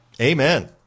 Amen